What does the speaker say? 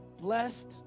blessed